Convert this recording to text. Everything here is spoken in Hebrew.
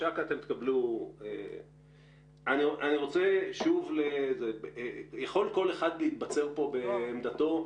יכול כל אחד להתבצר פה בעמדתו,